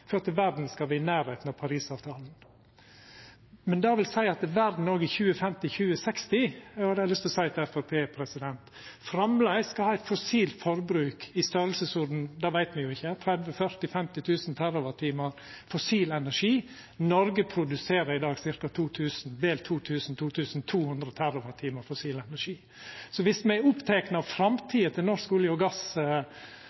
for at verda skal vera i nærleiken av Parisavtalen. Men det vil seia at verda òg i 2050–2060 – det har eg lyst til å seia til Framstegspartiet – framleis skal ha eit fossilt forbruk i ein storleik, det veit me jo ikkje, på 30 000–40 000–50 000 TWh fossil energi. Noreg produserer i dag vel 2 000–2 200 TWh fossil energi. Så om me er opptekne av